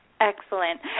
Excellent